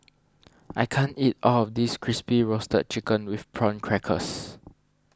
I can't eat all of this Crispy Roasted Chicken with Prawn Crackers